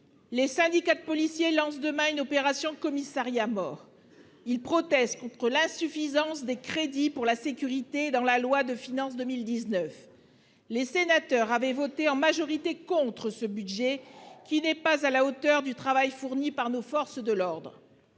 Les syndicats de policiers lancent demain une opération « commissariats morts ». Ils protestent contre l'insuffisance des crédits consacrés à la sécurité dans la loi de finances pour 2019. La majorité des sénateurs a voté contre ce budget, qui n'est pas à la hauteur du travail fourni par nos forces de l'ordre.